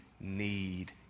need